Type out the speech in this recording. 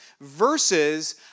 versus